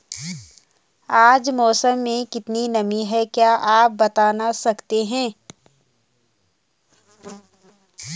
आज मौसम में कितनी नमी है क्या आप बताना सकते हैं?